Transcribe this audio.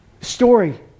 story